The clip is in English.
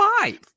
five